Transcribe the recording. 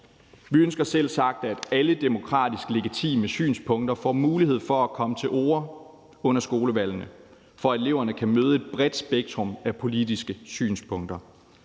Vi ønsker selvsagt, at alle demokratisk legitime synspunkter får en mulighed for at komme til orde under skolevalgene, for at eleverne kan møde et bredt spektrum af politiske synspunkter.